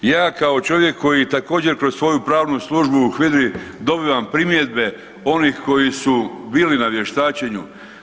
Ja kao čovjek koji također kroz svoju pravnu službu u HVIDRA-i dobivam primjedbe onih koji su bili na vještačenju.